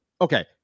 Okay